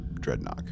dreadnought